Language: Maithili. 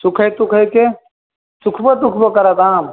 सुखै तुखैके सुखबो तुखबो करत आम